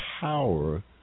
power